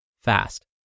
fast